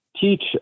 teach